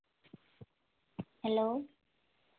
hello